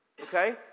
okay